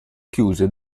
chiuse